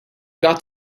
got